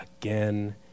again